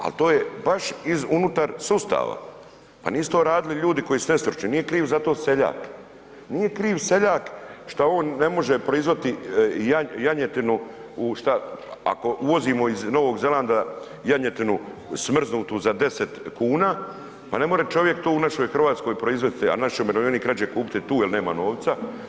Al to je baš iz unutar sustava, pa nisu to radili ljudi koji su ne stručni, nije kriv za to seljak, nije kriv seljak šta on ne može proizvoditi janjetinu u šta, ako uvozimo iz Novog Zelanda janjetinu smrznutu za 10 kuna, pa ne more čovjek to u našoj Hrvatskoj proizvesti, a naš će umirovljenik rađe kupiti tu jer nema novca.